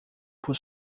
por